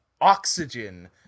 oxygen